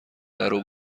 درو